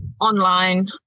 online